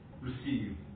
receive